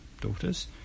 daughters